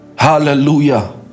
Hallelujah